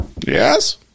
Yes